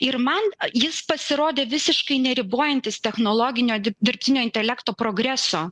ir man jis pasirodė visiškai neribojantis technologinio dib dirbtinio intelekto progreso